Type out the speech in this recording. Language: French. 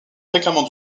fréquemment